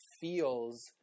feels